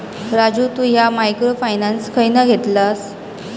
राजू तु ह्या microfinance खयना घेतलस?